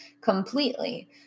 completely